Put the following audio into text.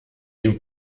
dem